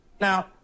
Now